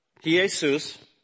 Jesus